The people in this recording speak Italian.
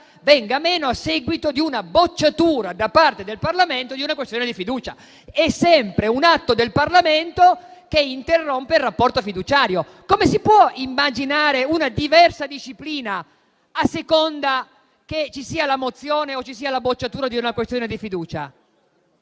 venga meno a seguito di una bocciatura da parte del Parlamento di una questione di fiducia è sempre un atto del Parlamento che interrompe il rapporto fiduciario. Come si può immaginare una diversa disciplina a seconda che ci sia la mozione o ci sia la bocciatura di una questione di fiducia?